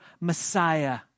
Messiah